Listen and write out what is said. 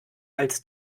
als